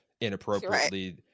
inappropriately